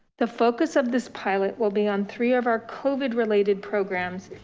the focus of this pilot will be on three of our covid related programs.